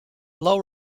low